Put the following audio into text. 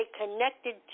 connected